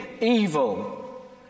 evil